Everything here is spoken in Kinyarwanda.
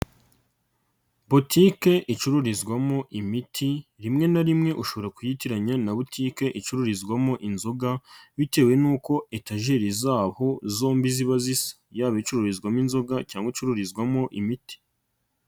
Botike icururizwamo imiti, rimwe na rimwe ushobora kuyitiranya na butike icururizwamo inzoga bitewe n'uko etajeri zaho zombi ziba zisa. Yaba icururizwamo inzoga cyangwa icururizwamo imiti.